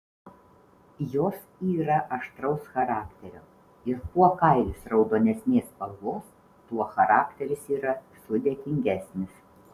jos yra aštraus charakterio ir kuo kailis raudonesnės spalvos tuo charakteris yra sudėtingesnis